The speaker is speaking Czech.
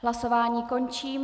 Hlasování končím.